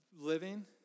living